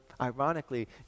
ironically